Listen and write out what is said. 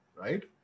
Right